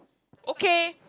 okay